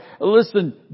listen